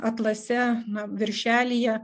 atlase na viršelyje